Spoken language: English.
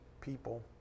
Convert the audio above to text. people